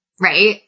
Right